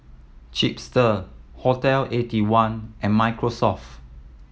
Chipster Hotel Eighty one and Microsoft